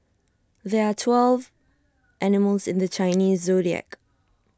there are twelve animals in the Chinese zodiac